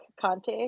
Conte